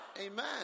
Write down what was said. Amen